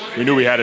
we knew we and